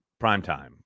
primetime